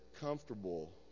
comfortable